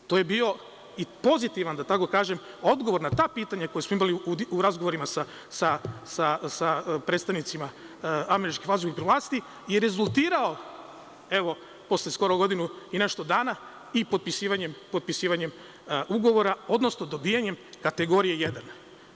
To je bio i pozitivan odgovor na ta pitanja koja smo imali u razgovorima sa predstavnicima Američkih vazduhoplovnih vlasti, i rezultirao, evo, posle skoro godinu i nešto dana i potpisivanjem ugovora, odnosno dobijanjem kategorije jedan.